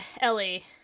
Ellie